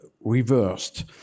reversed